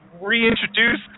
reintroduce